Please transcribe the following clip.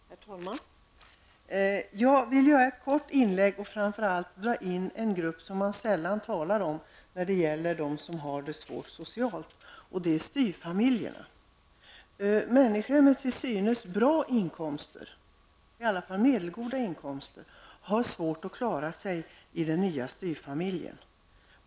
Herr talman! Jag vill göra ett kort inlägg och framför allt ta upp en grupp som man sällan talar om när det gäller de som har det svårt socialt, nämligen styvfamiljerna. Människor med till synes bra inkomster, i varje fall medelgoda inkomster, har svårt att klara sig i den nya styvfamiljen.